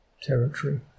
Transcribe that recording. territory